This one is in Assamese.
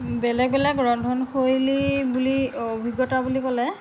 বেলেগ বেলেগ ৰন্ধনশৈলী বুলি অভিজ্ঞতা বুলি ক'লে